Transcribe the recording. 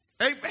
Amen